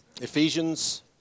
Ephesians